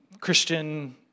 Christian